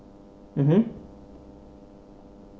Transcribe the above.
mmhmm